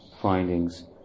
findings